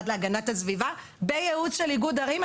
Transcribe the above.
תגדירו לנו בחקיקה את הכוח של האיגודים שהוא לא יהיה שנוי במחלוקת.